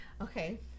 Okay